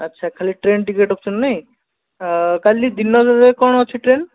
ଆଛା ଖାଲି train ticket ରଖୁଛନ୍ତି ନାଇ କାଲି ଦିନରେ କଣ ଅଛି ଟ୍ରେନ୍